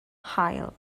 haul